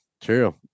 True